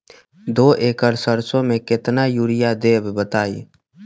दो एकड़ सरसो म केतना यूरिया देब बताई?